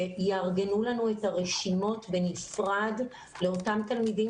שיארגנו לנו את הרשימות בנפרד לאותם תלמידים